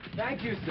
thank you, sir.